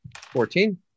Fourteen